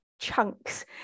chunks